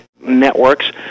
networks